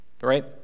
right